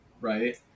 right